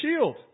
shield